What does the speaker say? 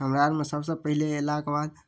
हमरा आरमे सबसँ पहिले अयलाके बाद